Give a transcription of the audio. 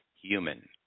human